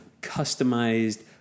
customized